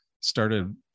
started